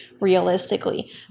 realistically